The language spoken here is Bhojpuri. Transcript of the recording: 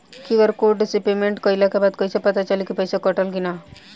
क्यू.आर कोड से पेमेंट कईला के बाद कईसे पता चली की पैसा कटल की ना?